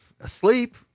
asleep